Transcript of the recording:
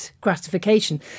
gratification